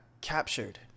captured